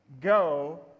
go